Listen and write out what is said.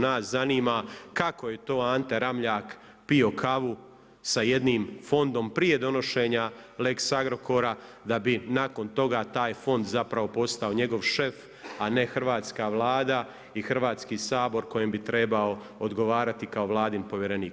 Nas zanima kako je to Ante Ramljak pio kavu sa jednim fondom prije donošenja Lex Agrokora da bi nakon toga taj fond zapravo postao njegov šef a ne hrvatska Vlada i Hrvatski sabor kojim bi trebao odgovarati kao Vladin povjerenik.